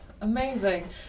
amazing